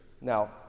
Now